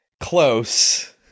Close